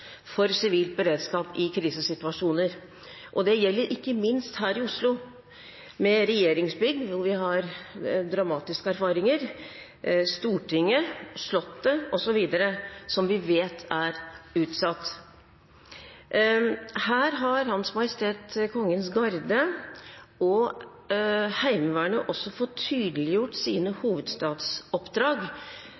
for sivil beredskap i krisesituasjoner. Det gjelder ikke minst her i Oslo, med regjeringsbygg, hvor vi har dramatiske erfaringer, Stortinget og Slottet osv., som vi vet er utsatt. Her har Hans Majestet Kongens Garde og Heimevernet også fått tydeliggjort sine hovedstadsoppdrag.